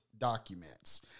Documents